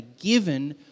given